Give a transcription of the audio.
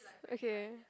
okay